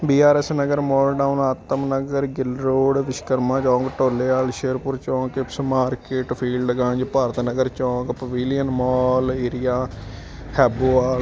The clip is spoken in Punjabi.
B R S Nagar Model Town Atam Nagar Gill Road Vishkarma Chowk Dholewal Sherpur Chowk Kips Market Field Ganj Bharat Nagar Chowk Pavilion Mall area Haibowal